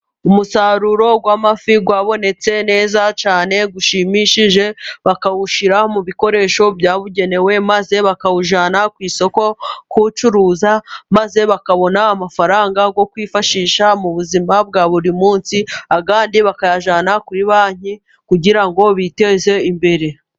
Umusaruro w'amafi wabonetse neza cyane ushimishije bakawushyira mu bikoresho byabugenewe, maze bakawujyana ku isoko kuwucuruza maze bakabona amafaranga yo kwifashisha mu buzima bwa buri munsi. Ayandi bakayajyana kuri banki kugira ngo biteze imbere.